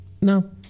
No